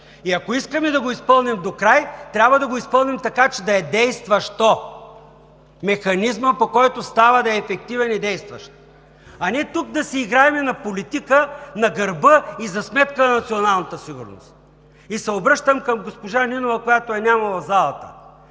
И ако искаме да го изпълним докрай, трябва да го изпълним така, че да е действащо. Механизмът, по който става, да е ефективен и действащ, а не тук да си играем на политика на гърба и за сметка на националната сигурност. И се обръщам към госпожа Нинова, която я няма в залата: